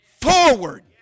forward